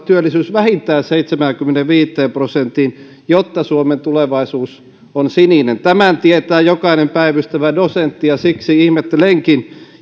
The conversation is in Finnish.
työllisyysaste vähintään seitsemäänkymmeneenviiteen prosenttiin jotta suomen tulevaisuus on sininen tämän tietää jokainen päivystävä dosentti ja siksi ihmettelenkin